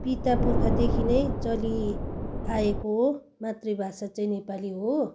पितापुर्खादेखि नै चलिआएको हो मातृभाषा चाहिँ नेपाली हो